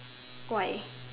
why